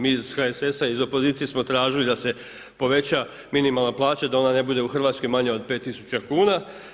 Mi iz HSS-a, iz opozicije smo tražili da se poveća minimalna plaća i da ona ne bude u Hrvatskoj manja od 5 tisuća kuna.